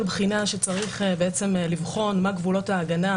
בחינה שצריך בעצם לבחון מהם גבולות ההגנה,